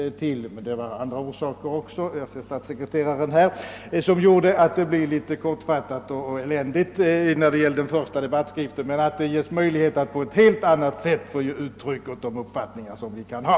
Det fanns också andra orsaker — jag ser statssekreteraren här — till att den blev litet kortfattad när det gällde den första debattskriften, men parlamentarikerna måste ges möjlighet att på ett helt annat sätt än hittills ge uttryck åt de uppfattningar som de kan ha.